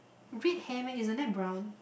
red hair meh isn't that brown